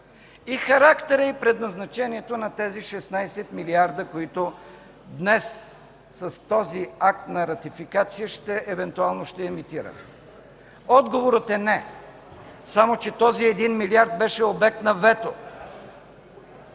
и характера, и предназначението на тези 16 милиарда, които днес с този акт на ратификация евентуално ще емитираме. Отговорът е – не! Само че този един милиард беше обект на вето.